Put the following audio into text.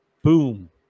Boom